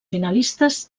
finalistes